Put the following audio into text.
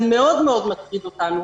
זה מאוד מאוד מטריד אותנו.